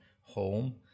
home